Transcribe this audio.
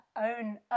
own